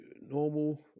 normal